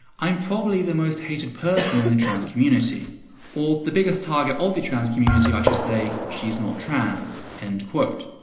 i'm probably the most hated person in the trans community or the biggest target of the trans community i should say, she's not trans. end quote,